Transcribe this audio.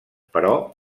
però